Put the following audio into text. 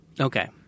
Okay